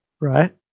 right